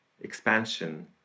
expansion